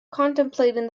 contemplating